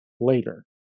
later